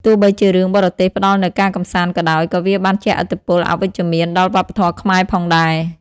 ទោះបីជារឿងបរទេសផ្តល់នូវការកម្សាន្តក៏ដោយ ក៏វាបានជះឥទ្ធិពលអវិជ្ជមានដល់វប្បធម៌ខ្មែរផងដែរ។